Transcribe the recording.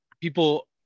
people